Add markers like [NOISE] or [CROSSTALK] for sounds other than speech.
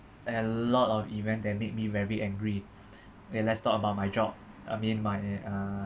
a lot of event that made me very angry [BREATH] okay let's talk about my job I mean my uh